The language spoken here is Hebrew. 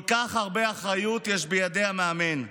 כל כך הרבה אחריות יש בידיו של המאמן: